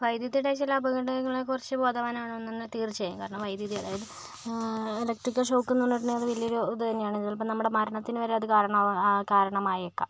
വൈദ്യുതിയുടെ ചില അപകടങ്ങളെക്കുറിച്ച് ബോധവാനാണോന്നു പറഞ്ഞാൽ തീർച്ചയായും കാരണം വൈദ്യുതി അതായത് ഇലക്ട്രിക്കൽ ഷോക്കെന്നു പറഞ്ഞിട്ടുണ്ടെങ്കിൽ അത് വലിയൊരു ഇത് തന്നെയാണ് ചിലപ്പോൾ നമ്മുടെ മരണത്തിനുതന്നെ കാരണമാകാം കരണമായേക്കാം